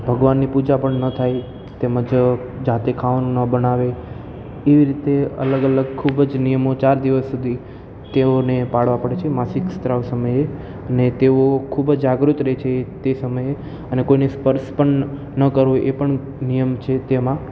ભગવાનની પૂજા પણ ન થાય તેમજ જાતે ખાવાનું ન બનાવે એવી રીતે અલગ અલગ ખૂબ જ નિયમો ચાર દિવસ સુધી તેઓને પાડવા પડે છે માસિક સ્ત્રાવ સમયે ને તેઓ ખૂબ જાગૃત રહે છે તે સમયે અને કોઈને સ્પર્શ પણ ન કરવો એ પણ નિયમ છે તેમાં